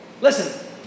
Listen